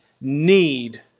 need